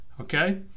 okay